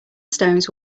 stones